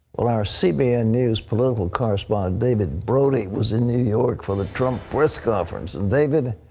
well, our cbn news political correspondent, david brody, was in new york for the trump press conference. and david,